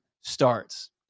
starts